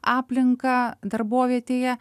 aplinką darbovietėje